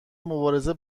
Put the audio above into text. مبارزه